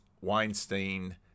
Weinstein